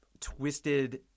twisted